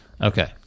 okay